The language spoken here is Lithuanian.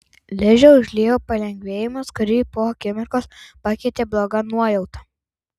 ližę užliejo palengvėjimas kurį po akimirkos pakeitė bloga nuojauta